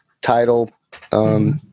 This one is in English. title